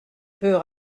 peu